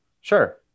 sure